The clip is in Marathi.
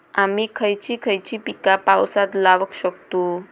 आम्ही खयची खयची पीका पावसात लावक शकतु?